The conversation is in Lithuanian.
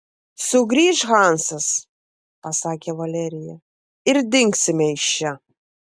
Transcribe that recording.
sugrįš hansas pasakė valerija ir dingsime iš čia